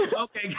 Okay